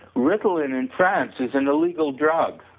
ritalin in france is an legal drug,